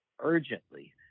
urgently